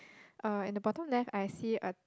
uh in the bottom left I see a